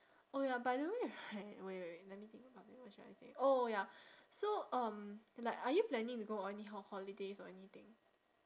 oh ya by the way right wait wait wait let me think properly what should I say oh oh ya so um like are you planning to go on any hol~ holidays or anything